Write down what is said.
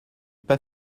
pas